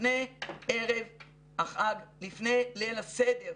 לפני ערב החג, לפני ליל הסדר.